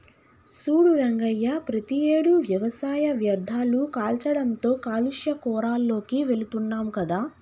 సూడు రంగయ్య ప్రతియేడు వ్యవసాయ వ్యర్ధాలు కాల్చడంతో కాలుష్య కోరాల్లోకి వెళుతున్నాం కదా